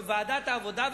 היה דיון בוועדת העבודה,